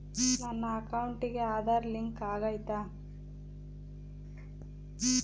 ನನ್ನ ಅಕೌಂಟಿಗೆ ಆಧಾರ್ ಲಿಂಕ್ ಆಗೈತಾ?